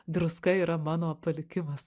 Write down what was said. druska yra mano palikimas